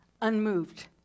unmoved